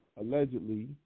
allegedly